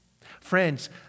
Friends